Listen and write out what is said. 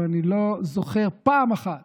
ואני לא זוכר פעם אחת